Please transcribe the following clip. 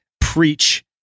preach